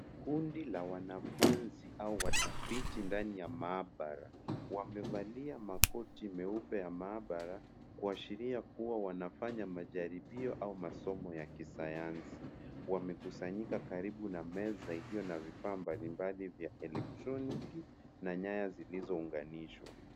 Kundi la wanafunzi au watafiti ndani ya maabara. Wamevalia makoti meupe ya maabara, kuashiria kuwa wanafanya majaribio au masomo ya kisayansi .Wamekusanyika karibu na meza iliyo na vifaa mbalimbali vya kielektroniki na nyaya zilizounganishwa.